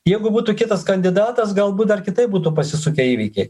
jeigu būtų kitas kandidatas galbūt dar kitaip būtų pasisukę įvykiai